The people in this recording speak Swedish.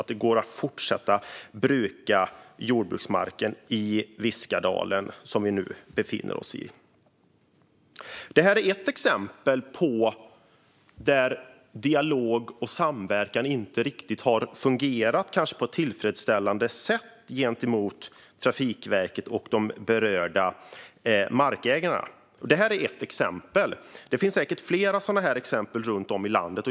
Det ska gå att fortsätta att bruka jordbruksmarken i Viskadalen, som vi nu talar om. Det här är ett exempel på att dialog och samverkan kanske inte riktigt har fungerat på ett tillfredsställande sätt mellan Trafikverket och de berörda markägarna. Det finns säkert fler sådana exempel runt om i landet.